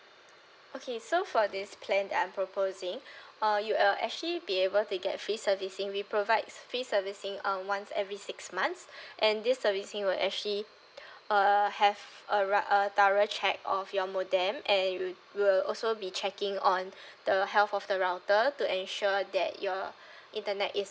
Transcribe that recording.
okay so for this plan that I'm proposing uh you are actually be able to get free servicing we provide free servicing um once every six months and this servicing would actually err have a rou~ a thorough check of your modem and w~ we will also be checking on the health of the router to ensure that your internet is